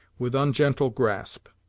with ungentle grasp.